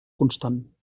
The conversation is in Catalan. constant